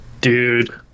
Dude